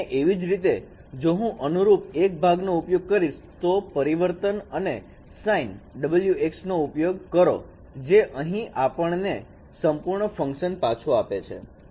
અને એવી જ રીતે જો હું અનુરૂપ એક ભાગનો ઉપયોગ કરીશ તો પરિવર્તન અને sin નો ઉપયોગ કરો જે અહીં આપણને સંપૂર્ણ ફંક્શન પાછું આપશે